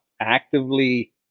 actively